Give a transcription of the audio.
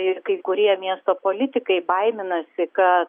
ir kai kurie miesto politikai baiminasi kad